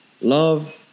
love